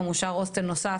גם אושר הוסטל נוסף,